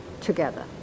together